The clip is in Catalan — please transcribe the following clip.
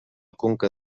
conca